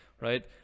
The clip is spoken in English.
right